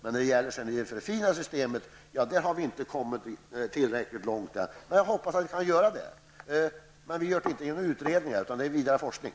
Men beträffande det förfinade systemet har vi inte kommit tillräckligt långt. Jag hoppas att man kan komma så långt, men det kan inte ske genom utredningar utan genom vidare forskning.